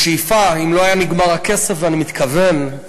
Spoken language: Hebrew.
בשאיפה, אם לא היה נגמר הכסף, אני מתכוון,